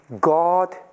God